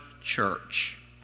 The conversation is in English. church